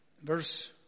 Verse